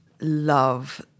love